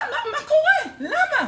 מה קורה, למה?